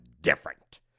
different